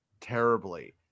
terribly